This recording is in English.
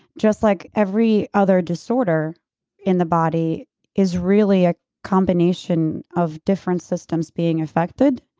just like every other disorder in the body is really a combination of different systems being affected,